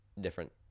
different